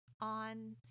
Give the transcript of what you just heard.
on